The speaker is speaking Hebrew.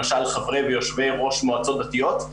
למשל חברי ויושבי ראש מועצות דתיות,